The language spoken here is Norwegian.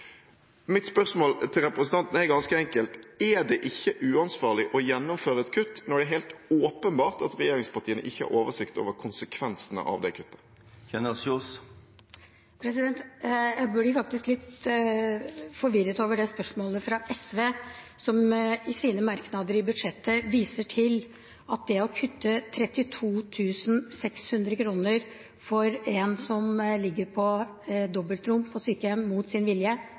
ganske enkelt: Er det ikke uansvarlig å gjennomføre et kutt når det er helt åpenbart at regjeringspartiene ikke har oversikt over konsekvensene av det kuttet? Jeg blir faktisk litt forvirret over det spørsmålet fra SV, som i sine merknader i budsjettet viser til at et kutt på 32 600 kr for en som ligger på dobbeltrom på sykehjem mot sin vilje,